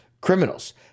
criminals